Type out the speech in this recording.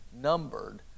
numbered